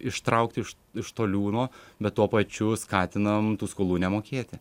ištraukti iš iš to liūno bet tuo pačiu skatinam tų skolų nemokėti